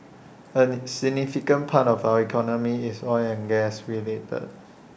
A significant part of our economy is oil and gas related